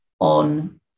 on